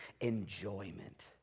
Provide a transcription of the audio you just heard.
enjoyment